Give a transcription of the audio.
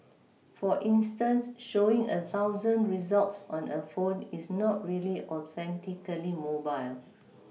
for instance showing a thousand results on a phone is not really authentically mobile